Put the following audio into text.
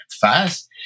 fast